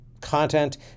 content